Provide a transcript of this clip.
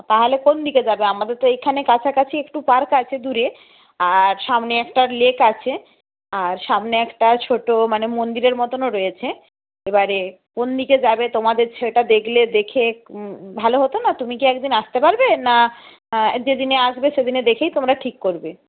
তাহলে কোন দিকে যাবে আমাদের তো এইখানে কাছাকাছি একটু পার্ক আছে দূরে আর সামনে একটা লেক আছে আর সামনে একটা ছোটো মানে মন্দিরের মতনও রয়েছে এবারে কোন দিকে যাবে তোমাদের সেটা দেখলে দেখে ভালো হতো না তুমি কি এক দিন আসতে পারবে না যেদিনে আসবে সেদিনে দেখেই তোমরা ঠিক করবে